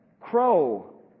crow